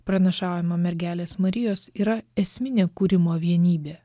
pranašaujama mergelės marijos yra esminė kūrimo vienybė